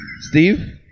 Steve